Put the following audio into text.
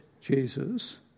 Jesus